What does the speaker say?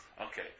Okay